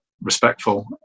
respectful